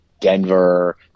Denver